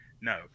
No